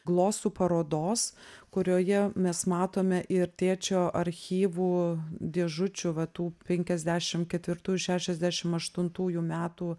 glosų parodos kurioje mes matome ir tėčio archyvų dėžučių va tų penkiasdešim ketvirtų ir šešiasdešim aštuntųjų metų